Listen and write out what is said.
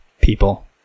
people